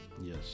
Yes